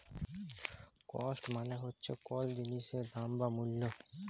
cost মালে হচ্যে কল জিলিসের দাম বা মূল্য